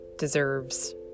Deserves